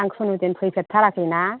आं खुनु दिन फैफेरथाराखैना